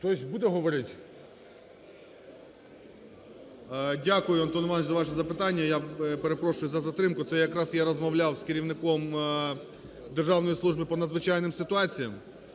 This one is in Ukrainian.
ГРОЙСМАН В.Б. Дякую, Антон Іванович, за ваше запитання. Я перепрошую за затримку, це якраз я розмовляв з керівником Державної служби по надзвичайним ситуаціям.